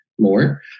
more